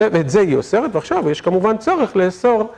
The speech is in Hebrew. ואת זה היא אוסרת ועכשיו יש כמובן צורך לאסור